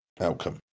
outcome